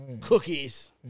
cookies